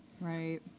Right